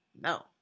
no